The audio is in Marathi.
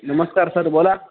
नमस्कार सर बोला